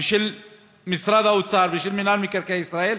ושל משרד האוצר ושל מינהל מקרקעי ישראל.